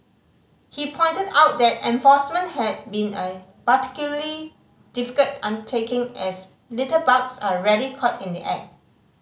he pointed out that enforcement had been a particularly difficult undertaking as litterbugs are rarely caught in the act